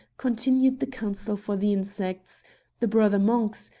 continued the counsel for the insects the brother monks,